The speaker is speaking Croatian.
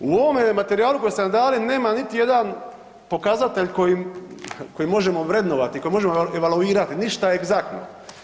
U ovome materijalu koji ste nam dali nema niti jedan pokazatelj koji možemo vrednovati, koji možemo evaluirati, ništa egzaktno.